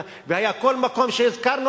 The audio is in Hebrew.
ובכל מקום שהזכרנו,